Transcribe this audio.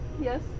Yes